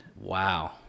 Wow